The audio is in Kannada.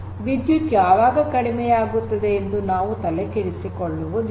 ವಿದ್ಯುತ್ ಯಾವಾಗ ಕಡಿಮೆಯಾಗುತ್ತದೆ ಎಂದು ನಾವು ತಲೆಯನ್ನು ಕೆಡಿಸಿಕೊಳ್ಳುವುದಿಲ್ಲ